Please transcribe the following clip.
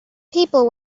people